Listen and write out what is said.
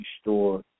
store